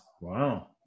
Wow